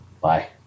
Bye